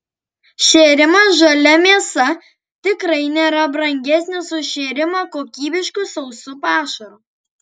šėrimas žalia mėsa tikrai nėra brangesnis už šėrimą kokybišku sausu pašaru